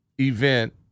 event